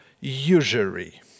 usury